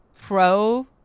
pro